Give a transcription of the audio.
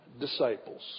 disciples